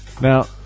Now